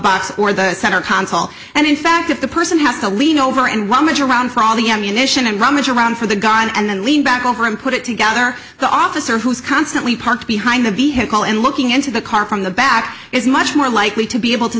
box or the center console and in fact if the person has to lean over and one major round for all the ammunition and rummage around for the gun and then lean back over and put it together the officer who's constantly parked behind the vehicle and looking into the car from the back is much more likely to be able to